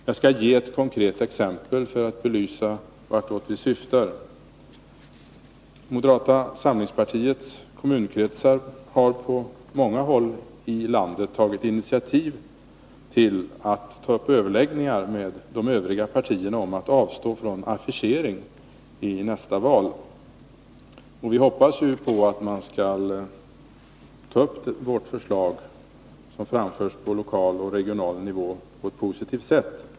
Jag skall ge ett konkret exempel för att belysa vartåt vi syftar. Moderata samlingspartiets kommunkretsar har på många håll i landet tagit initiativ till överläggningar med de övriga partierna om att avstå från affischering inför nästa val. Vi hoppas på att man skall ta upp vårt förslag, som framförts på lokal och regional nivå, på ett positivt sätt.